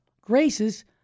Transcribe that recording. graces